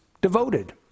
devoted